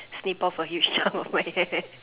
snip off a huge chuck of my hair